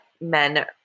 men –